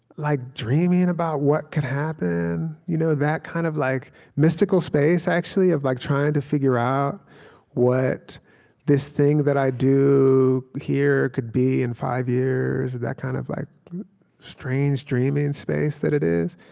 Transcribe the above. like dreaming and about what could happen you know that kind of like mystical space, actually, of like trying to figure out what this thing that i do here could be in five years, that kind of like strange dreaming space that it is